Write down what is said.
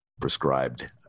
prescribed